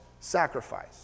sacrifice